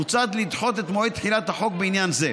מוצע לדחות את מועד תחילת החוק בעניין זה.